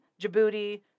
Djibouti